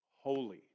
holy